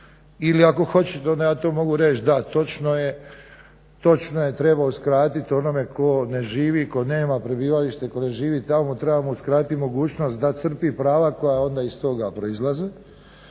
ili ako hoćete onda ja to mogu reći da, točno je, treba uskratit onome tko ne živi, tko nema prebivalište, tko ne živi tamo treba mu uskratit mogućnost da crpi prava koja onda iz toga proizlaze.